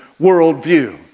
worldview